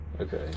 Okay